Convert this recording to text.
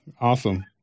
Awesome